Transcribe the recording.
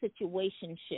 situationship